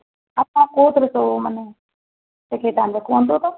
ଆପଣ କେଉଁଥିରେ ମାନେ ଦେଖାଇଥାନ୍ତେ କୁହନ୍ତୁତ